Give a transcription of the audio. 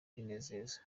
kwinezeza